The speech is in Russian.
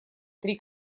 три